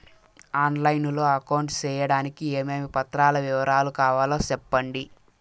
On line లో account సేయడానికి ఏమేమి పత్రాల వివరాలు కావాలో సెప్పండి?